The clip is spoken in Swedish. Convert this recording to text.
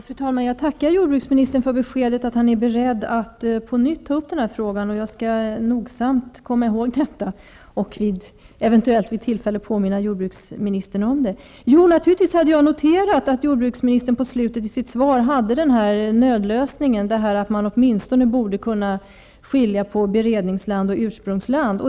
Fru talman! Jag tackar jordbruksministern för beskedet att han är beredd att på nytt ta upp den här frågan, och jag skall nogsamt komma ihåg detta och eventuellt vid tillfälle påminna honom om det. Jag hade naturligtvis noterat att jordbruksministern i slutet av sitt svar angav nödlösningen att man åtminstone borde kunna skilja på beredningsland och ursprungsland.